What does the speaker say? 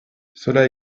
cela